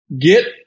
get